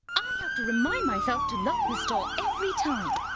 i have to remind myself to lock this door every time.